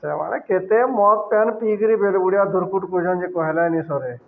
ସେମାନେ କେତେ ମତ ପେନ୍ ପିଇକିରି ବେଲ ଗୁଡ଼ିଆ ଦୁର୍କୁଟ କୁଜନ୍ ଯେ କହିଲେନି ସରେ